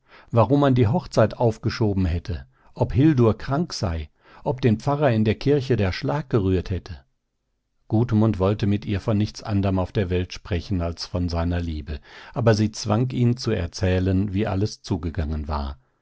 warum man die hochzeit aufgeschoben hätte ob hildur krank sei ob den pfarrer in der kirche der schlag gerührt hätte gudmund wollte mit ihr von nichts anderm auf der welt sprechen als von seiner liebe aber sie zwang ihn zu erzählen wie alles zugegangen war